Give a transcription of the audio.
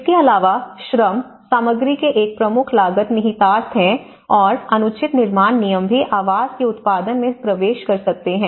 इसके अलावा श्रम सामग्री के एक प्रमुख लागत निहितार्थ हैं और अनुचित निर्माण नियम भी आवास के उत्पादन में प्रवेश कर सकते हैं